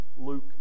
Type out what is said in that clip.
Luke